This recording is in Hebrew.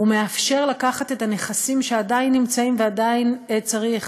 הוא מאפשר לקחת את הנכסים שעדיין נמצאים ועדיין צריך